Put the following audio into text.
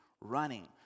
running